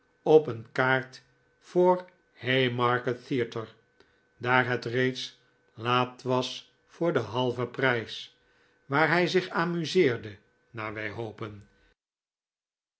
op een kaart voor haymarket theatre daar het reeds laat was voor halven prijs waar hij zich amuseerde naar wij hopen